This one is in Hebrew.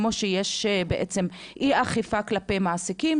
כמו שיש בעצם אי אכיפה כלפי מעסיקים,